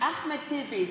אחמד טיבי,